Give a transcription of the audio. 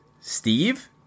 Steve